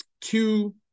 two